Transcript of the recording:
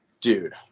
dude